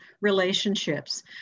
relationships